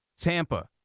Tampa